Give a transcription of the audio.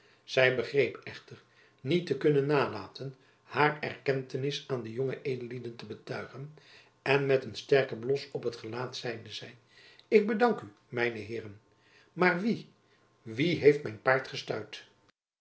zy begreep echter niet te kunnen nalaten haar erkentenis aan de jonge edellieden te betuigen en met een sterken blos op t gelaat zeide zy ik bedank u mijne heeren maar wie wie heeft mijn paard gestuit